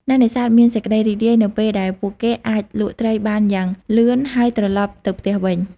អ្នកនេសាទមាន សេចក្តីរីករាយ នៅពេលដែលពួកគេអាចលក់ត្រីបានយ៉ាងលឿនហើយត្រឡប់ទៅផ្ទះវិញ។